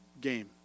game